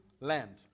land